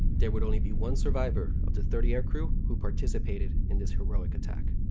there would only be one survivor of the thirty aircrew who participated in this heroic attack.